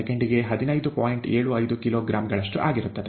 75 kilogram ಗಳಷ್ಟು ಆಗಿರುತ್ತದೆ